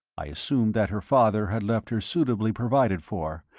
i assumed that her father had left her suitably provided for,